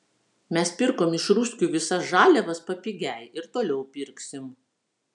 mes pirkom iš ruskių visas žaliavas papigiai ir toliau pirksim